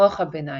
מוח הביניים.